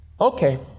Okay